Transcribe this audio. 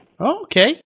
Okay